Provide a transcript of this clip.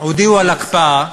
הודיעו על הקפאה,